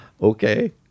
okay